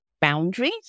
boundaries